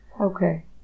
okay